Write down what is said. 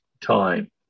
time